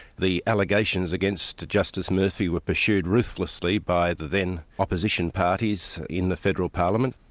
the allegations against justice murphy were pursued ruthlessly by the then opposition parties in the federal parliament.